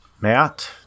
Matt